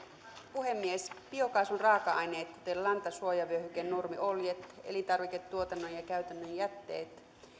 puhemies biokaasun raaka aineet kuten lanta suojavyöhykkeen nurmi oljet elintarviketuotannon ja käytännön jätteet